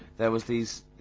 there was these,